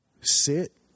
sit